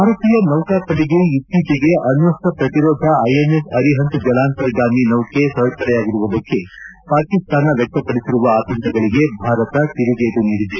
ಭಾರತೀಯ ನೌಕಾಪಡೆಗೆ ಇತ್ತೀಚೆಗೆ ಅಣ್ಣಸ್ತ ಪ್ರತಿರೋಧ ಐಎನ್ಎಸ್ ಅರಿಹಂತ್ ಜಲಾಂತರ್ಗಾಮಿ ನೌಕೆ ಸೇರ್ಪಡೆಯಾಗಿರುವುದಕ್ಕೆ ಪಾಕಿಸ್ತಾನ ವ್ಲಕ್ತಪಡಿಸಿರುವ ಆತಂಕಗಳಿಗೆ ಭಾರತ ತಿರುಗೇಟು ನೀಡಿದೆ